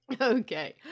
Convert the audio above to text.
Okay